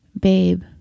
Babe